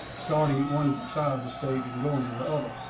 starting at one side of the state and going to the other.